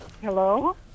hello